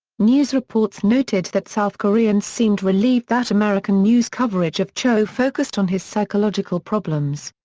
news reports noted that south koreans seemed relieved that american news coverage of cho focused on his psychological problems.